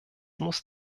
muss